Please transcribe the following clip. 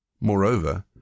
Moreover